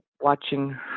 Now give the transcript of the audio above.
watching